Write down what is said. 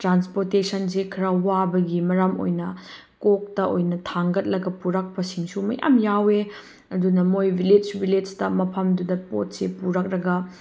ꯇ꯭ꯔꯥꯟꯁꯄꯣꯔꯇꯦꯁꯟꯁꯤ ꯈꯔ ꯋꯥꯕꯒꯤ ꯃꯔꯝ ꯑꯣꯏꯅ ꯀꯣꯛꯇ ꯑꯣꯏꯅ ꯊꯥꯡꯒꯠꯂꯒ ꯄꯨꯔꯛꯄꯁꯤꯡꯁꯨ ꯃꯌꯥꯝ ꯇꯥꯎꯏ ꯑꯗꯨꯅ ꯃꯣꯏ ꯚꯤꯂꯦꯖ ꯚꯤꯂꯦꯖꯇ ꯃꯐꯝꯗꯨꯗ ꯄꯣꯠꯁꯦ ꯄꯨꯔꯛꯂꯒ